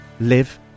live